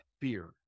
fear